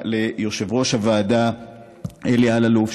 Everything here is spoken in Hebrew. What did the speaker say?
ליושב-ראש הוועדה אלי אלאלוף,